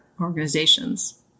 organizations